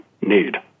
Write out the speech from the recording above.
need